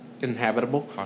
Inhabitable